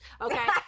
okay